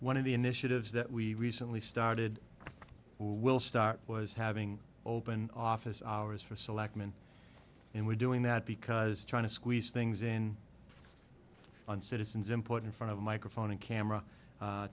one of the initiatives that we recently started will start was having open office hours for selectman and we're doing that because trying to squeeze things in on citizens important front of microphone and camera